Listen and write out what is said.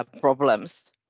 problems